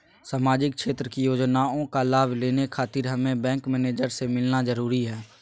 सामाजिक क्षेत्र की योजनाओं का लाभ लेने खातिर हमें बैंक मैनेजर से मिलना जरूरी है?